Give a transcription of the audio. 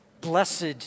Blessed